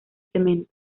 cemento